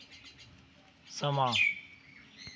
समां